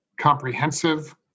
comprehensive